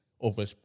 over